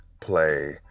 play